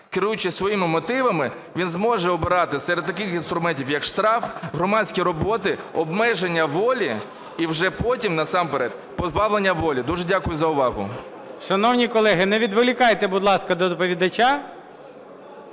керуючись своїми мотивами, він зможе обирати серед таких інструментів, як штраф, громадські роботи, обмеження волі і вже потім насамперед позбавлення волі. Дуже дякую за увагу. ГОЛОВУЮЧИЙ. Шановні колеги, не відволікайте, будь ласка, доповідача.